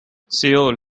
seoul